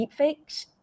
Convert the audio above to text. deepfakes